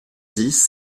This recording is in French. dix